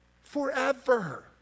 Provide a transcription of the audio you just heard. Forever